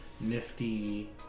nifty